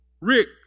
Rick